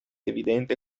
evidente